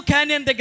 Canyon